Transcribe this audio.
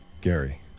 Gary